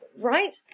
right